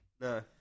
No